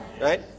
right